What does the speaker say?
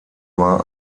war